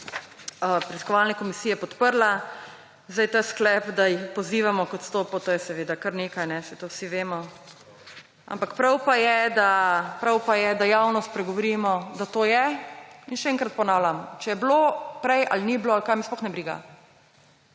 preiskovalne komisije podprla. Ta sklep, da jih pozivamo k odstopu, to je seveda kar nekaj, saj to vsi vemo, ampak prav pa je, da javno spregovorimo, da to je. In še enkrat ponavljam, če je bilo prej ali ni bilo ali kaj, me sploh ne briga.